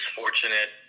fortunate